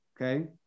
okay